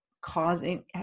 causing